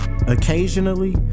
Occasionally